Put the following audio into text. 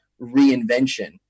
reinvention